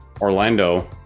Orlando